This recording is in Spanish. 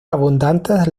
abundantes